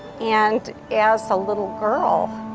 and as a little girl,